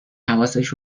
حواسش